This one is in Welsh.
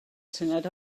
syniad